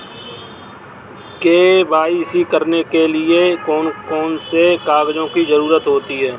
KYC करने के लिए कौन कौन से कागजों की जरूरत होती है?